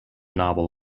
novel